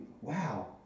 wow